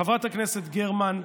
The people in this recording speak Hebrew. חברת הכנסת גרמן,